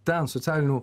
ten socialinių